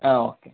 ആ ഓക്കെ